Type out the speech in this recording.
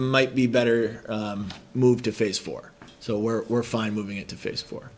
might be better moved to face four so we're we're fine moving it to fish for